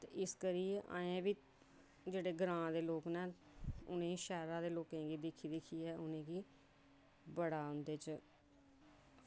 ते इस करियै अजें बी जेह्ड़े ग्राएं दे लोक न उ'नें ई शैह्रां दे लोकें गी दिक्खी दिक्खियै उनेंगी बड़ा उं'दे च